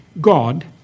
God